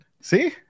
See